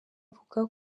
avuga